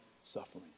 suffering